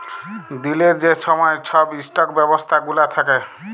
দিলের যে ছময় ছব ইস্টক ব্যবস্থা গুলা থ্যাকে